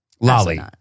Lolly